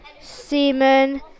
semen